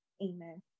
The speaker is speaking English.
Amen